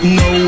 no